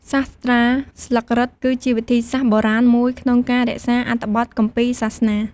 សាស្ត្រាស្លឹករឹតគឺជាវិធីសាស្ត្របុរាណមួយក្នុងការរក្សាអត្ថបទគម្ពីរសាសនា។